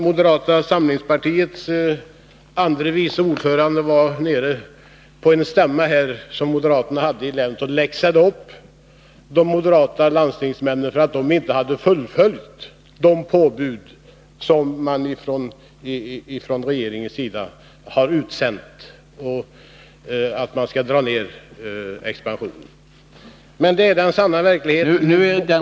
Moderata samlingspartiets andre vice ordförande besökte en moderat stämma i länet och läxade då upp de moderata landstingsmännen för att de inte fullföljt regeringens påbud om att dra ned expansionstakten. Detta är den sanna verkligheten.